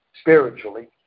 spiritually